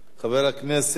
חבר הכנסת,